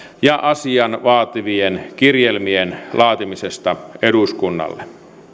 ja asian vaatimien kirjelmien laatimisesta eduskunnalle